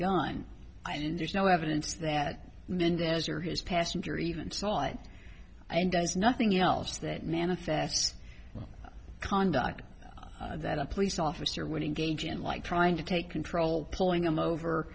gun and there's no evidence that mendez or his passenger even saw it and does nothing else that manifests conduct that a police officer would engage in like trying to take control pulling him